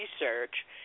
research